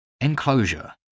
Enclosure